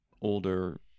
older